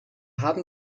haben